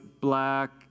black